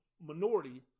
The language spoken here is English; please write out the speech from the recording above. minority